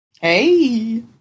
Hey